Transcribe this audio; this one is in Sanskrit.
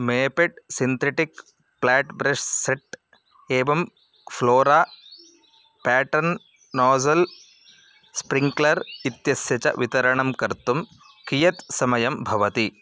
Maped synthetic flat brush set एवं फ़्लोरा पेटर्न् नोज़ल् स्प्रिङ्क्लर् इत्यस्य च वितरणं कर्तुं कियत् समयः भवति